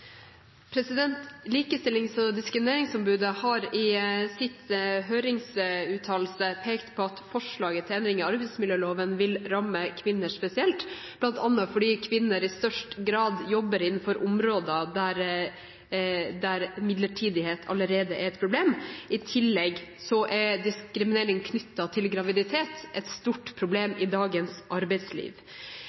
Likestillings- og diskrimineringsombudet har i sin høringsuttalelse pekt på at forslaget til endring i arbeidsmiljøloven vil ramme kvinner spesielt, bl.a. fordi kvinner i størst grad jobber innenfor områder der midlertidighet allerede er et problem. I tillegg er diskriminering knyttet til graviditet et stort problem i dagens arbeidsliv.